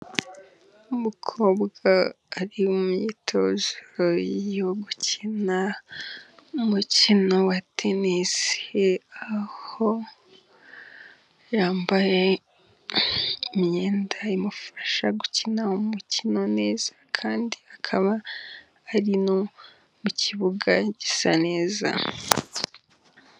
Umukobwa ari mu myitozo yo gukina umukino wa tenisi, aho yambaye imyenda imufasha gukina umukino neza kandi akaba ari no mu kibuga gisa neza.